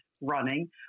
running